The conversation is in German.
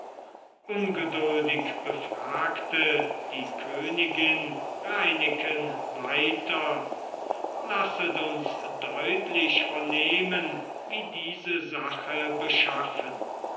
ungeduldig befragte die königin reineken weiter lasset uns deutlich vernehmen wie diese sache beschaffen